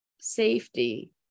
safety